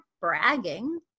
bragging